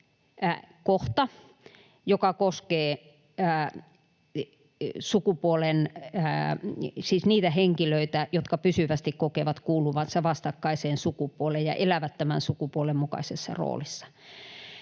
kohta, joka koskee niitä henkilöitä, jotka pysyvästi kokevat kuuluvansa vastakkaiseen sukupuoleen ja elävät tämän sukupuolen mukaisessa roolissa.